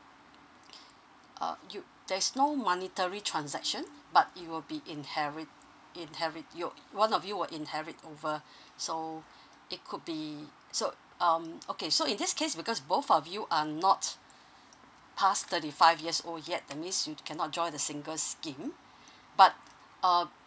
oh there's no monetary transactions but it will be inherent inherent you one of you will inherit over so it could be so um okay so in this case because both of you are not past thirty five years old yet that means you cannot join the single scheme but uh